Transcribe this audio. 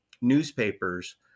newspapers